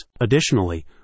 Additionally